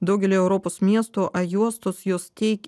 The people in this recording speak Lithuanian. daugelyje europos miestų a juostos jos tiek